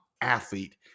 Athlete